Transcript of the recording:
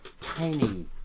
tiny